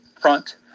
Front